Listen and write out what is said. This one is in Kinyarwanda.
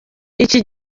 iki